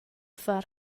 far